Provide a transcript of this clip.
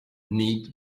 need